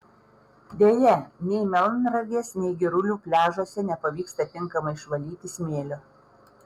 deja nei melnragės nei girulių pliažuose nepavyksta tinkamai išvalyti smėlio